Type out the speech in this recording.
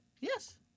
Yes